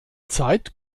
zeit